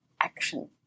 action